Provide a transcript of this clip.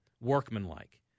workmanlike